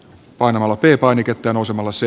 parmalatin painiketta nousemalla se